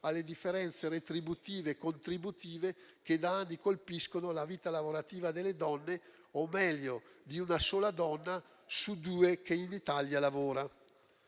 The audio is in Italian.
alle differenze retributive e contributive che da anni colpiscono la vita lavorativa delle donne, o meglio di una sola donna su due che in Italia lavora.